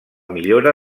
millora